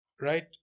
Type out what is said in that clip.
right